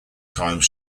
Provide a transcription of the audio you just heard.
time